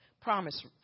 promise